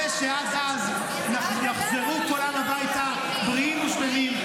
ונקווה שעד אז יחזרו כולם הביתה בריאים ושלמים.